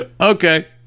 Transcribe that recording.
Okay